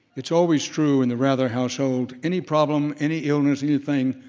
it's always true in the rather household, any problem, any illness, anything,